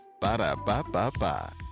Ba-da-ba-ba-ba